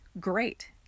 Great